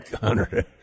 hundred